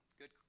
good